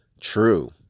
true